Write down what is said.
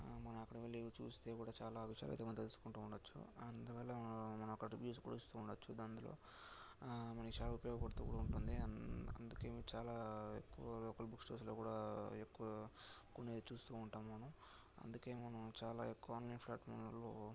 మనం అక్కడ వెళ్లి ఇవి చూస్తే కూడా చాలా విషయాలు అయితే మనం తెలుసుకుంటూ ఉండవచ్చు అందువల్ల మనం అందులో మనకు చాలా ఉపయోగపడుతూ కూడా ఉంటుంది అందుకే ఇవి చాలా ఎక్కువ లోకల్ బుక్ స్టోర్స్లో కూడా ఎక్కువ కొనేది చూస్తూ ఉంటాము మనం అందుకే మనం చాలా ఎక్కువ ఆన్లైన్ ప్లాట్ఫామ్లలో